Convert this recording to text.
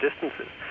distances